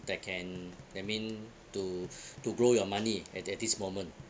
that can that mean to to grow your money at at this moment